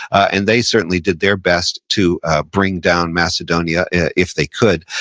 and they certainly did their best to bring down macedonia if they could.